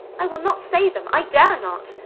i will not say them. i dare not.